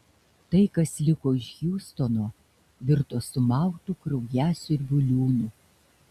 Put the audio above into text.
tai kas liko iš hjustono virto sumautu kraujasiurbių liūnu